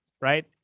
right